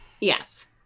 Yes